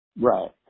Right